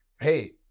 Hey